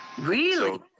really?